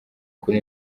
kuri